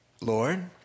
Lord